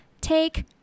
Take